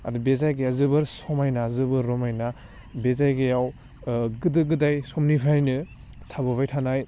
आरो बे जायगाया जोबोर समायना जोबोर रमायना बे जायगायाव गोदो गोदाय समनिफ्रायनो थाबोबाय थानाय